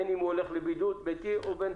בין אם הוא הולך לבידוד ביתי או למלונית?